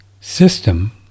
system